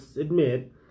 admit